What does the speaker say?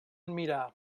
mirar